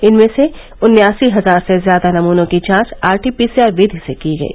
इसमें से उन्यासी हजार से ज्यादा नमूनों की जांच आरटीपीसीआर विधि से की गयी